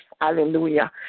hallelujah